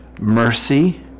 mercy